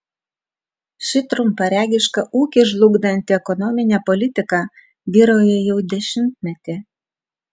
ši trumparegiška ūkį žlugdanti ekonominė politika vyrauja jau dešimtmetį